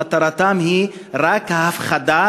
מטרתם היא רק ההפחדה,